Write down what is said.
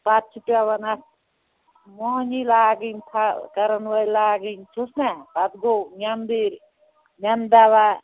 پَتہٕ چھُ پٮ۪وان اَتھ مۄہنِی لاگٕنۍ تھل کَرَن وٲلۍ لاگٕنۍ چھُس نا پَتہٕ گوٚو نٮ۪نٛدٕرۍ نٮ۪نٛدٕ دَوا